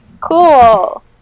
cool